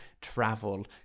travel